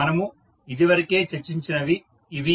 మనము ఇదివరకే చర్చించినవి ఇవి